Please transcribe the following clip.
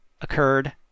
occurred